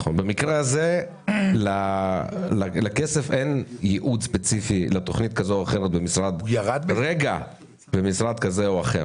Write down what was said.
במקרה הזה לכסף אין ייעוד ספציפי לתכנית כזו או אחרת במשרד כה או אחר.